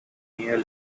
near